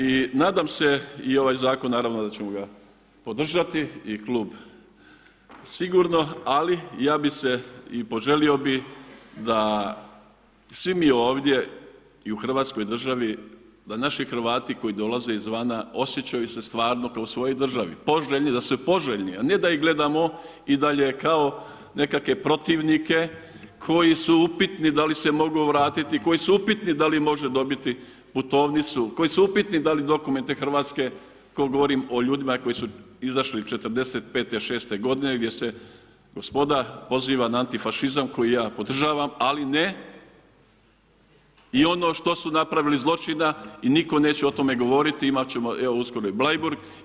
I nadam se i ovaj zakon naravno da ćemo ga podržati i klub sigurno ali ja bih se i poželio bih da svi mi ovdje i u Hrvatskoj državi da naši Hrvati koji dolaze izvana osjećaju se stvarno kao u svojoj državi, poželjni, da su poželjni a ne da ih gledamo i dalje kao nekakve protivnike koji su upitni da li se mogu vratiti, koji su upitni da li može dobiti putovnicu, koji su upitni da li dokumente Hrvatske, to govorim o ljudima koji su izašli '45., '46. godine gdje se gospoda poziva na antifašizam koji ja podržavam ali ne i ono što su napravili zločina i nitko neće o tome govoriti, imati ćemo evo uskoro i Bleiburg.